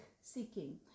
seeking